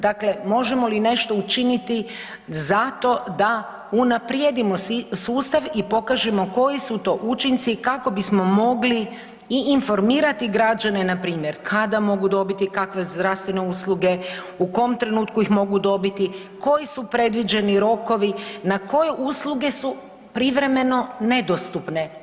Dakle, možemo li nešto učiniti za to da unaprijedimo sustav i pokažemo koji su to učinci kako bismo i informirati građane npr. kada mogu dobiti kakve zdravstvene usluge, u kom trenutku ih mogu dobiti, koji su predviđeni rokovi, na koje usluge su privremeno nedostupne.